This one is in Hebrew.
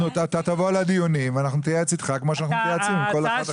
תבוא לדיונים ונתייעץ איתך כפי שאנו מתייעצים עם כל אחד אחר.